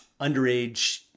underage